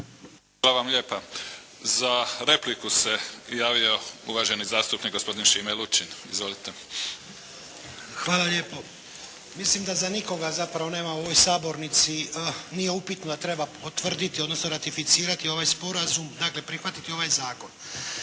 Hvala vam lijepa. Za repliku se javio uvaženi zastupnik gospodin Šime Lučin. Izvolite. **Lučin, Šime (SDP)** Hvala lijepo. Mislim da za nikoga zapravo nema u ovoj sabornici nije upitno da treba potvrditi, odnosno ratificirati ovaj sporazum. Dakle, prihvatiti ovaj zakon.